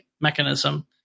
mechanism